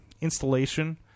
installation